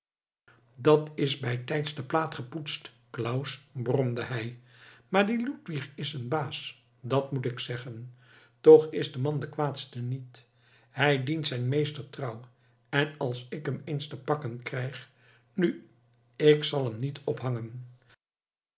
dat is bijtijds de plaat gepoetst claus bromde hij maar die ludwig is een baas dat moet ik zeggen toch is de man de kwaadste niet hij dient zijn meester trouw en als ik hem eens te pakken krijg nu ik zal hem niet ophangen